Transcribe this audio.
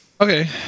okay